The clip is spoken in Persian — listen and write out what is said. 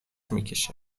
میکشه